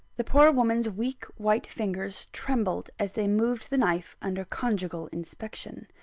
the poor woman's weak white fingers trembled as they moved the knife under conjugal inspection.